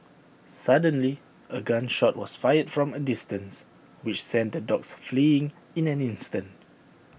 suddenly A gun shot was fired from A distance which sent the dogs fleeing in an instant